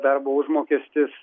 darbo užmokestis